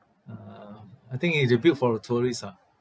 uh I think it is built for the tourists ah